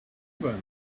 then